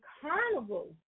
Carnival